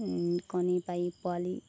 কণী পাৰি পোৱালি